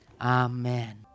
Amen